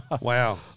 wow